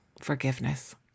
forgiveness